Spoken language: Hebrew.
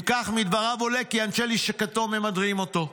אם כך, מדבריו עולה כי אנשי לשכתו ממדרים אותו,